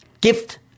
gift